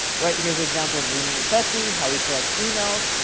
right here's example, ramit sethi, how he collects emails.